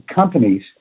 companies